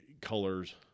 colors